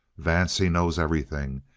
vance, he knows everything!